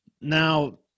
Now